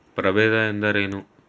ಪ್ರಭೇದ ಎಂದರೇನು?